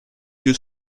più